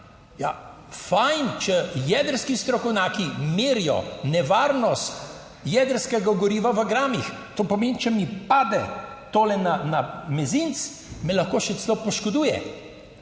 fajn. Če jedrski strokovnjaki merijo nevarnost jedrskega goriva v gramih, to pomeni, če mi pade tole na mezinec me lahko še celo poškoduje,